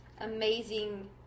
amazing